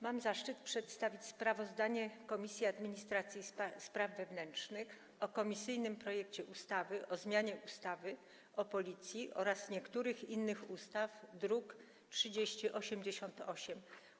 Mam zaszczyt przedstawić sprawozdanie Komisji Administracji i Spraw Wewnętrznych o komisyjnym projekcie ustawy o zmianie ustawy o Policji oraz niektórych innych ustaw, druk nr 3088.